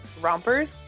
rompers